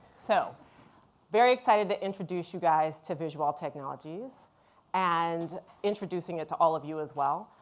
so very excited to introduce you guys to visuwall technologies and introducing it to all of you, as well.